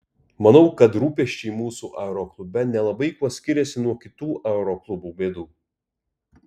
manau kad rūpesčiai mūsų aeroklube nelabai kuo skiriasi nuo kitų aeroklubų bėdų